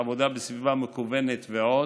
עבודה בסביבה מקוונת ועוד,